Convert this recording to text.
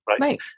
Right